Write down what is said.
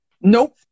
Nope